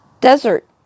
desert